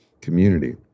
community